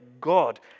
God